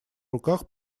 руках